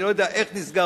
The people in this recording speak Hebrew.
אני לא יודע איך נסגר,